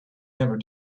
never